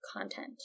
content